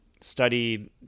studied